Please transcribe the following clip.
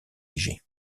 léger